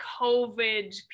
COVID